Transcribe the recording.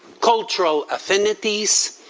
cultural affinities,